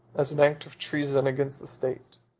as an act of treason against the state.